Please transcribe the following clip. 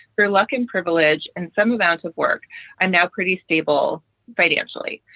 for luck and privilege and some amount of work and now pretty stable financially.